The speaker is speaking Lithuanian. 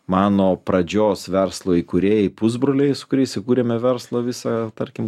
mano pradžios verslo įkūrėjai pusbroliai su kuriais įkūrėme verslo visą tarkim